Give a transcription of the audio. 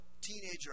teenager